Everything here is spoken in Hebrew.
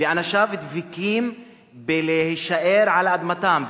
ואנשיו דבקים בלהישאר על אדמתם,